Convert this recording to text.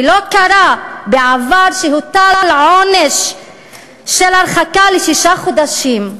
ולא קרה בעבר שהוטל עונש של הרחקה לשישה חודשים,